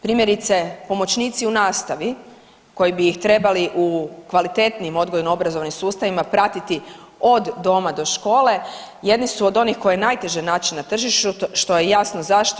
Primjerice pomoćnici u nastavi koji bi ih trebali u kvalitetnijim odgojno-obrazovnim sustavima pratiti od doma do škole jedni su od onih koje je najteže naći na tržištu što je jasno zašto.